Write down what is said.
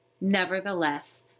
Nevertheless